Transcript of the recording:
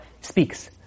speaks